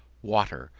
water,